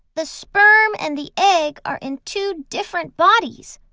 the sperm and the egg are in two different bodies,